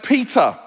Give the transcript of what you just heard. Peter